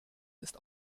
ist